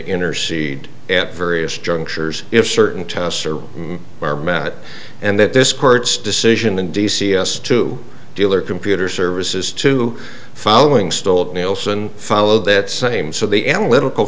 intercede at various junctures if certain tests are are mad and that this court's decision in d c s to deal or computer services to following stolpe nielsen follow that same so the analytical